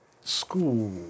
school